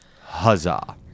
Huzzah